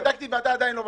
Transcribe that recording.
לא הספקנו לבדוק.